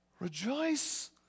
Rejoice